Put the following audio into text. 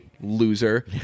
loser